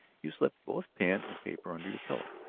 you slipped both pen and paper under your pillow.